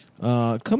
Come